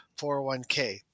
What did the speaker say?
401k